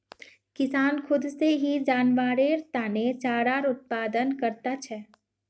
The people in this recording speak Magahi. किसान खुद से ही जानवरेर तने चारार उत्पादन करता छे